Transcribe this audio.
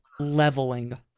leveling